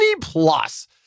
Plus